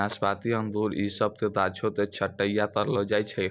नाशपाती अंगूर इ सभ के गाछो के छट्टैय्या करलो जाय छै